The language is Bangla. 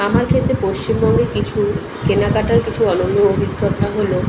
আমার ক্ষেত্রে পশ্চিমবঙ্গে কিছু কেনাকাটার কিছু অনন্য অভিজ্ঞতা হলো